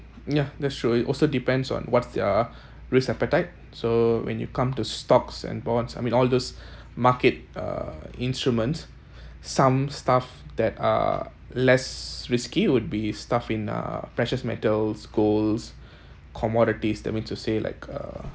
ya that’s true it also depends on what's their risk appetite so when you come to stocks and bonds I mean all those market uh instruments some stuff that are less risky would be stuff in uh precious metals golds commodities that means to say like uh